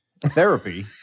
therapy